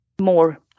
more